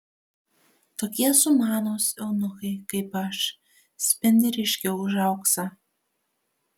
tokie sumanūs eunuchai kaip aš spindi ryškiau už auksą